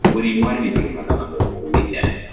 what do you want to be doing on the and and weekend?